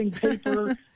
paper